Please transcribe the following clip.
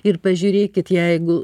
ir pažiūrėkit jeigu